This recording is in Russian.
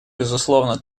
безусловно